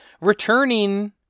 returning